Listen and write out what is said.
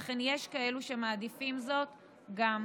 ויש כאלו שמעדיפים זאת גם כיום.